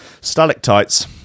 stalactites